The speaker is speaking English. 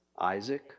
Isaac